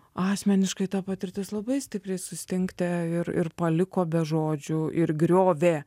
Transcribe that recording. asmeniškai ta patirtis labai stipriai sustingdė ir ir paliko be žodžių ir griovė